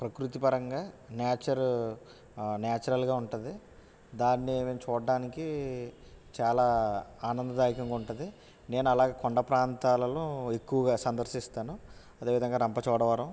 ప్రకృతి పరంగా నాచరు నాచురల్గా ఉంటుంది దాన్ని చూడటానికి చాలా ఆనందదాయకంగా ఉంటుంది నేను అలాగ కొండ ప్రాంతాలలో ఎక్కువగా సందర్శిస్తాను అదేవిధంగా రంపచోడవరం